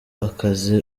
akazi